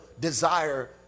desire